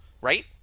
right